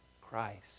Christ